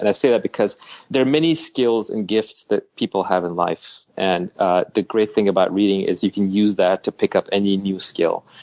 and i say that because there are many skills and gifts that people have in life. and ah the great thing about reading is you can use that to pick up any new skill.